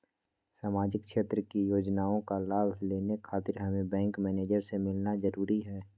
सामाजिक क्षेत्र की योजनाओं का लाभ लेने खातिर हमें बैंक मैनेजर से मिलना जरूरी है?